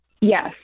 Yes